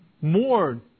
more